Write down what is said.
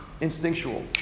instinctual